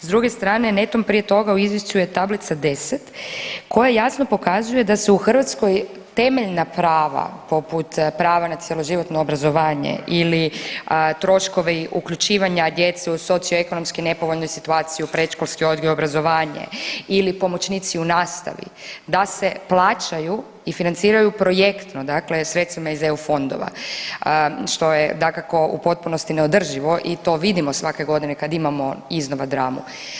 S druge strane, netom prije toga u Izvješću je Tablica 10 koja jasno pokazuje da se u Hrvatskoj temeljna prava poput prava na cjeloživotno obrazovanje ili troškovi uključivanja djece u socioekonomskoj nepovoljnoj situaciji u predškolski odgoj i obrazovanje ili pomoćnici u nastavi, da se plaćaju i financiraju projektno, dakle sredstvima iz EU fondova, što je, dakako, u potpunosti neodrživo i to vidimo svake godine kada imamo iznova dramu.